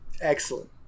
excellent